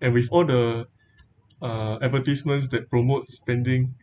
and with all the uh advertisements that promotes spending